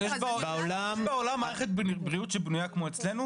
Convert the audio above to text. יש בעולם מערכת בריאות שבנויה כמו אצלנו?